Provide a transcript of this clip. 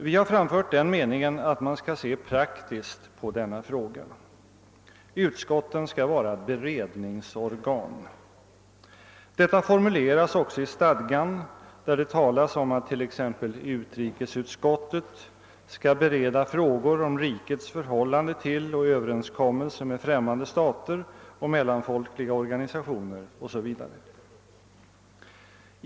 Vi har framfört den meningen, att man skall se praktiskt på denna fråga. Utskotten skall vara beredningsorgan. Detta formuleras också i stadgan, där det talas om att t.ex. utrikesutskottet skall behandla frågor om rikets förhållande till och överenskommelse med främmande stater och mellanfolkliga organisationer osv.